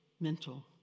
mental